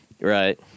Right